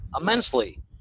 immensely